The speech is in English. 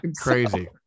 crazy